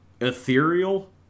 Ethereal